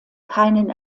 keinen